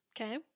Okay